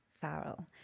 Farrell